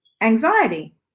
anxiety